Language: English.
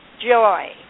joy